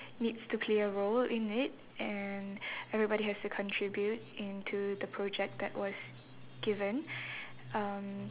needs to play a role in it and everybody has to contribute into the project that was given um